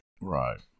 Right